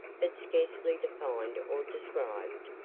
but scarcely defined or described.